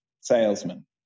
salesman